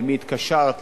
למי התקשרת,